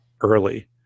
early